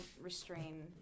restrain